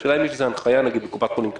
השאלה אם יש איזו הנחיה, נגיד בקופת חולים כללית,